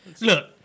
Look